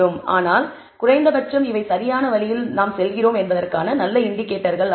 ஆனால் குறைந்த பட்சம் இவை சரியான வழியில் நாம் செல்கிறோம் என்பதற்கான நல்ல இன்டிகேட்டர் ஆகும்